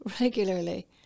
regularly